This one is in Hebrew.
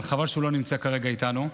אבל חבל שהוא לא נמצא כרגע איתנו.